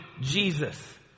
Jesus